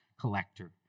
collector